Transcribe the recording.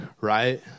right